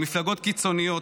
הן מפלגות קיצוניות,